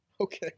Okay